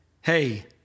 Hey